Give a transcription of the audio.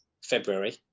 February